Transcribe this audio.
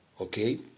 Okay